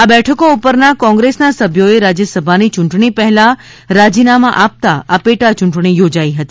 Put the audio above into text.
આ બેઠકો ઉપરના કોંગ્રેસના સભ્યોએ રાજ્ય સભાની ચૂંટણી પહેલા રાજીનામાં આપતા આ પેટા ચૂંટણી યોજાઇ હતી